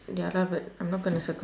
ya lah but I'm not gonna circle